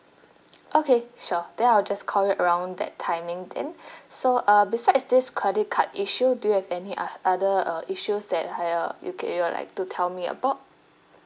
okay sure then I'll just call around that timing then so uh besides this credit card issue do you have any other other uh issues that uh ya ca~ you'd like to tell me about